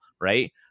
Right